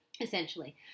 essentially